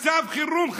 חייב להיות מצב חירום.